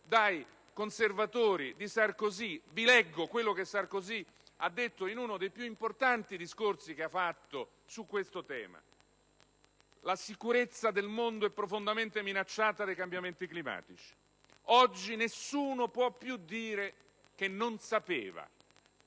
dai conservatori di Sarkozy. Vi leggo quanto il presidente Sarkozy ha detto in uno dei più importanti discorsi che ha fatto su questo tema: "La sicurezza del mondo è profondamente minacciata dai cambiamenti climatici. Oggi nessuno può più dire che non sapeva.